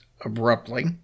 abruptly